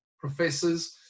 professors